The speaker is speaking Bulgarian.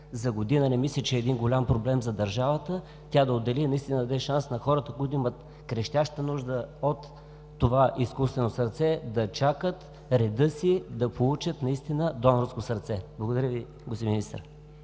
за година. Не мисля, че е голям проблем за държавата тя да отдели и наистина да даде шанс на хората, които имат крещяща нужда от това изкуствено сърце, да чакат реда си да получат наистина донорско сърце. Благодаря Ви, господин Министър.